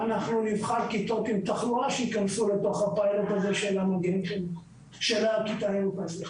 אנחנו נבחן כיתות עם תחלואה שייכנסו לתוך הפיילוט הזה של הכיתה הירוקה.